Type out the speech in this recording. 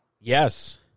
yes